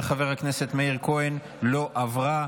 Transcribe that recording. של חבר הכנסת מאיר כהן, לא עברה.